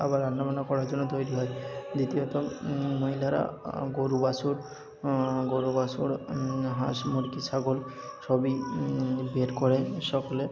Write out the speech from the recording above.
আবার রান্নাবান্না করার জন্য তৈরি হয় দ্বিতীয়ত মহিলারা গোরু বাছুর গোরু বাছুর হাঁস মুরগি ছাগল সবই বের করে সকলে